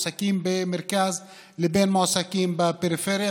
בין מועסקים במרכז לבין מועסקים בפריפריה,